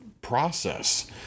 process